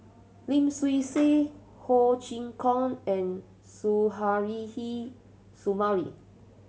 Lim Swee Say Ho Chee Kong and Suzairhe Sumari